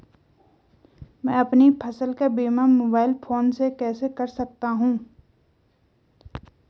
मैं अपनी फसल का बीमा मोबाइल फोन से कैसे कर सकता हूँ?